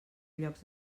llocs